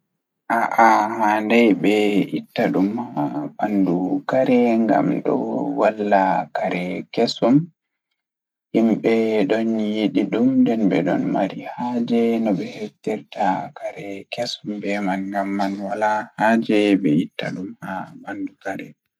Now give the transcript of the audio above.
Aɗa waawi jokkude moƴƴinde keppol baɗte dow moƴƴirde ceede nder kulol ngu. Keppol baɗte nder saññe ɗee ko nyaare balɗe lesɗe, kono ɗum waɗi tottude lesɗe ngennirgol. Si tawii puccu ɗee woodi kala miijo waɗannde, ɗum woodaani cuɓtinaaki dum ngal.